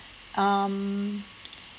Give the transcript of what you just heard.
um